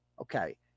Okay